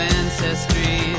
ancestry